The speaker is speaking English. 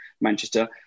Manchester